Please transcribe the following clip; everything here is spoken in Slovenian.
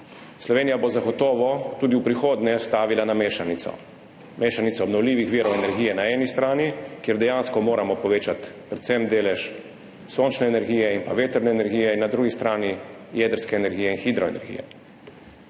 Slovenija bo zagotovo tudi v prihodnje stavila na mešanico, mešanico obnovljivih virov energije na eni strani, kjer dejansko moramo povečati predvsem delež sončne energije in vetrne energije, in na drugi strani jedrske energije in hidroenergije.